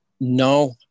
No